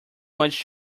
much